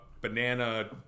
banana